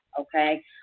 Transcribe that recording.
okay